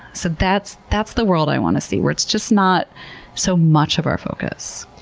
so that's that's the world i want to see, where it's just not so much of our focus.